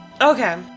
Okay